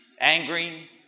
angry